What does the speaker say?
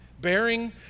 Bearing